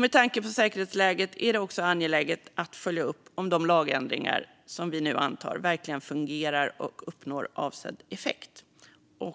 Med tanke på säkerhetsläget är det också angeläget att följa upp om de lagändringar vi nu antar verkligen fungerar och uppnår avsedd effekt.